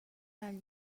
del